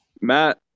Matt